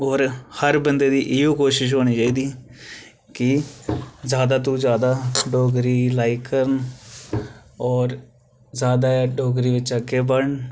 होर हर बंदे दी इ'यै कोशिश होनी चाहिदी कि ज्यादा तूं ज्यादा डोगरी गी लाइक करन होर ज्यादा डोगरी बिच्च अग्गें बढ़न